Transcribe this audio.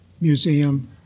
Museum